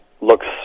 looks